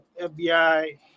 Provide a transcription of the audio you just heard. FBI